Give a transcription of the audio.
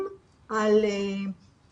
אם אנחנו קצת שחררנו הם אפילו מקשים יותר.